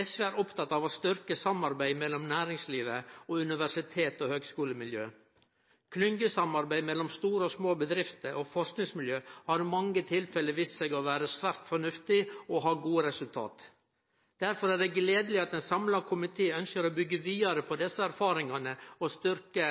SV er oppteken av å styrkje samarbeidet mellom næringslivet og universitets- og høgskulemiljø. Klyngjesamarbeid mellom store og små bedrifter og forskingsmiljø har i mange tilfelle vist seg å vere svært fornuftig og har gode resultat. Derfor er det gledeleg at ein samla komité ønskjer å byggje vidare på desse erfaringane og styrkje